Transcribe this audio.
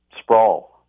sprawl